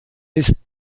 ist